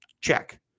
Check